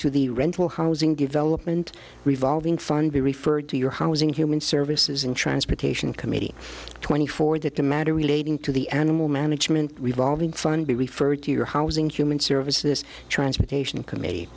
to the rental housing development revolving fund be referred to your housing human services and transportation committee twenty four that the matter relating to the animal management revolving fund be referred to your housing human services transportation committee